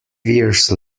years